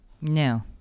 No